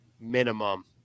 minimum